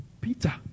Peter